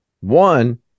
one